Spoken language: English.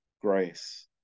grace